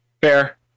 fair